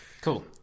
Cool